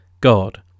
God